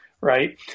right